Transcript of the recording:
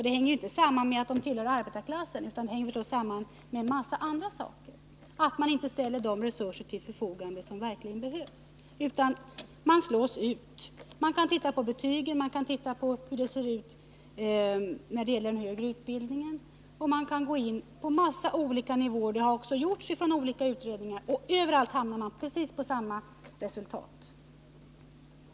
Det hänger ju inte samman med att barnen tillhör arbetarklassen utan med en mängd andra saker: att man inte ställer de resurser till förfogande som verkligen behövs. Därför slås barnen ut. Man kan se på betygen och på den högre utbildningen. Man kan gå in på en mängd olika nivåer, vilket också gjorts i olika utredningar. Överallt blir resultatet precis detsamma.